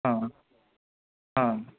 हां